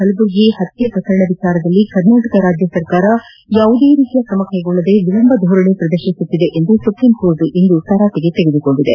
ಕಲಬುರ್ಗಿ ಹತ್ಯೆ ಪ್ರಕರಣ ವಿಚಾರದಲ್ಲಿ ಕರ್ನಾಟಕ ರಾಜ್ಯ ಸರ್ಕಾರ ಯಾವುದೇ ರೀತಿಯ ತ್ರಮ ಕೈಗೊಳ್ಳದೇ ವಿಳಂಬಧೋರಣೆ ಪ್ರದರ್ಶಿಸುತ್ತಿದೆ ಎಂದು ಸುಪ್ರೀಂ ಕೋರ್ಟ್ ತರಾಟೆಗೆ ತೆಗೆದುಕೊಂಡಿದೆ